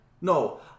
No